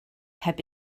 heb